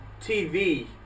TV